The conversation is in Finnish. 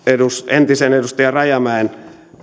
entisen edustaja rajamäen